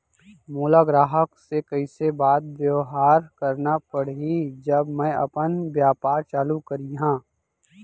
मोला ग्राहक से कइसे बात बेवहार करना पड़ही जब मैं अपन व्यापार चालू करिहा?